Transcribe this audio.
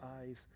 eyes